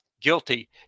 guilty